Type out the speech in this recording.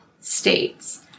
states